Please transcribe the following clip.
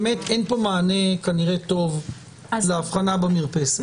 באמת אין פה מענה כנראה טוב להבחנה במרפסת.